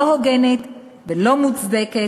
לא הוגנת ולא מוצדקת,